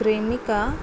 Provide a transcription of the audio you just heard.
Cremica